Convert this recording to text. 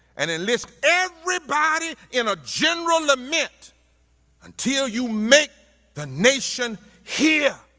and enlist everybody in a general lament until you make the nation hear